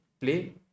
play